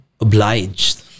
obliged